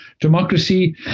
democracy